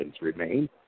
remain